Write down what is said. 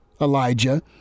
Elijah